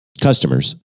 customers